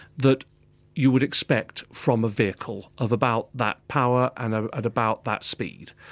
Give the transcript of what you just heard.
that you would expect from a vehicle of about that power and ah at about that speed.